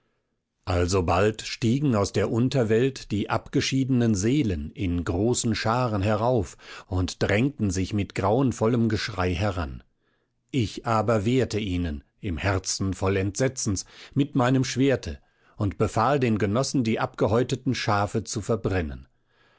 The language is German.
alsobald stiegen aus der unterwelt die abgeschiedenen seelen in großen scharen herauf und drängten sich mit grauenvollem geschrei heran ich aber wehrte ihnen im herzen voll entsetzens mit meinem schwerte und befahl den genossen die abgehäuteten schafe zu verbrennen